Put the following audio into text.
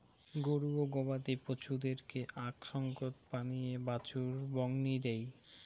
গরু ও গবাদি পছুদেরকে আক সঙ্গত পানীয়ে বাছুর বংনি দেই